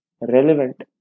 Relevant